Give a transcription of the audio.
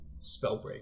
Spellbreak